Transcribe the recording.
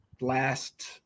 last